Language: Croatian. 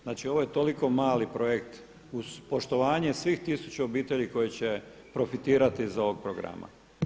Znači ovo je toliko mali projekt uz poštovanje tisuću obitelji koje će profitirati iz ovog programa.